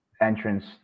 entrance